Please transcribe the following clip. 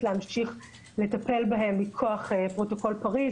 להמשיך לטפל בהם מכוח פרוטוקול פריז,